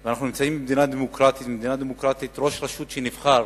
אנחנו נמצאים במדינה דמוקרטית, ראש רשות שנבחר